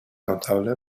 notable